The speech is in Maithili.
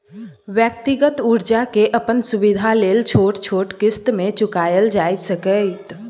व्यक्तिगत कर्जा के अपन सुविधा लेल छोट छोट क़िस्त में चुकायल जाइ सकेए